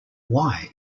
why